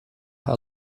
her